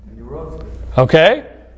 Okay